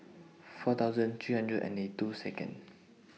four thousand three hundred and ninety two Second